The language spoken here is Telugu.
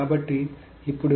కాబట్టి ఇప్పుడు